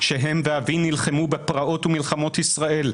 שהם ואבי נלחמו בפרעות ובמלחמות ישראל.